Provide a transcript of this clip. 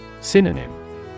Synonym